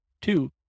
Two